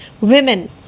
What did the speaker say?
women